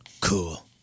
Cool